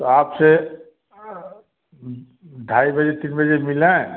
तो आपसे ढाई बजे तीन बजे मिलें